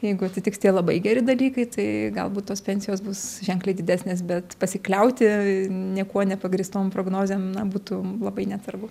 jeigu atsitiks labai geri dalykai tai galbūt tos pensijos bus ženkliai didesnės bet pasikliauti niekuo nepagrįstom prognozėm na būtų labai neatsargu